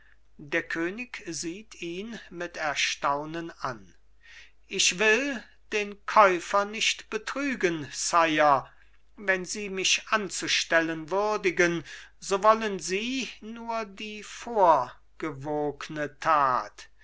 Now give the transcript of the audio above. der könig sieht ihn mit erstaunen an ich will den käufer nicht betrügen sire wenn sie mich anzustellen würdigen so wollen sie nur die vorgewogne tat